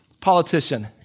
politician